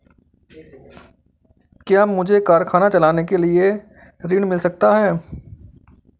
क्या मुझे कारखाना चलाने के लिए ऋण मिल सकता है?